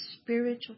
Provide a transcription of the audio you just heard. spiritual